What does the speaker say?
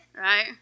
Right